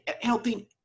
helping